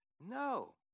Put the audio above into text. No